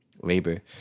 labor